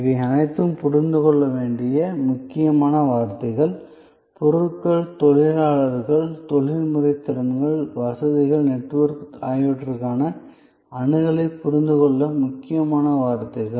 இவை அனைத்தும் புரிந்து கொள்ள வேண்டிய முக்கியமான வார்த்தைகள் பொருட்கள் தொழிலாளர் தொழில்முறை திறன்கள் வசதிகள் நெட்வொர்க் ஆகியவற்றுக்கான அணுகலைப் புரிந்துகொள்ள முக்கியமான வார்த்தைகள்